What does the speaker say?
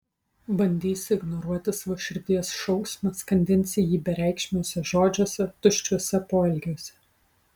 bandysi ignoruoti savo širdies šauksmą skandinsi jį bereikšmiuose žodžiuose tuščiuose poelgiuose